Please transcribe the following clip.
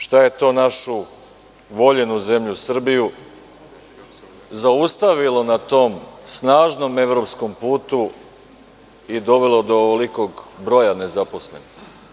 Šta je to našu voljenu zemlju Srbiju zaustavilo na tom snažnom evropskom putu i dovelo do ovolikog broja nezaposlenih?